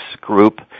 group